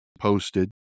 posted